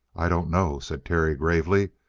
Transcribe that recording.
i don't know, said terry gravely.